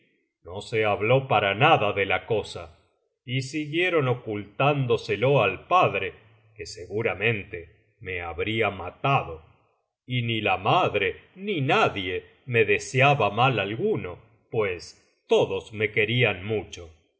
no se habló para nada de la cosa y siguieron ocultándoselo al padre que seguramente me habría matado y ni la madre ni nadie me deseaba mal alguno pues tocios me querían mucho